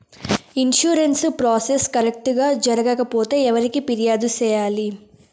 insurance process correct గా జరగకపోతే ఎవరికి ఫిర్యాదు సేయాలి